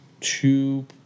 two